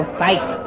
fight